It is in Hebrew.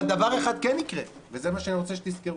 אבל דבר אחד כן יקרה, וזה מה שאני רוצה שתזכרו,